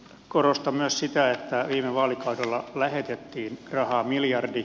korostan myös sitä että viime vaalikaudella lähetettiin rahaa miljardi